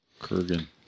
Kurgan